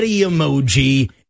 emoji